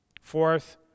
Fourth